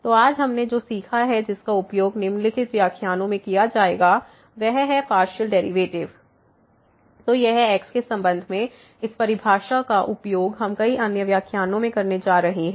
तो आज हमने जो सीखा है जिसका उपयोग निम्नलिखित व्याख्यानों में किया जाएगा वह है पार्शियल डेरिवेटिव तो यह x के संबंध में इस परिभाषा का उपयोग हम कई अन्य व्याख्यानों में करने जा रहे हैं